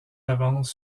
d’avance